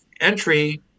entry